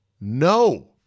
no